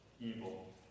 evil